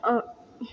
औ